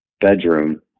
bedroom